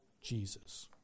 Jesus